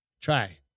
Try